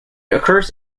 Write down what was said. occurs